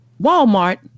Walmart